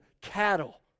cattle